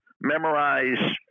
memorize